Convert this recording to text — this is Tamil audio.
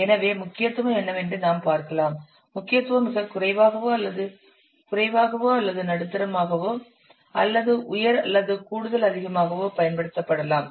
எனவே முக்கியத்துவம் என்னவென்று நாம் பார்க்கலாம் முக்கியத்துவம் மிகக் குறைவாகவோ அல்லது குறைவாகவோ அல்லது நடுத்தரமாகவோ அல்லது உயர் அல்லது கூடுதல் அதிகமாகவோ பயன்படுத்தப்படலாம்